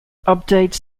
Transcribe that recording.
updates